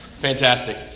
fantastic